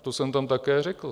To jsem tam také řekl.